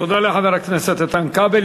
תודה לחבר הכנסת איתן כבל.